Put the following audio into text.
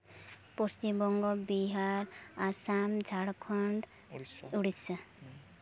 Paschimbanga Bihar Assam Jharkhand Odisha